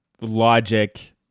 logic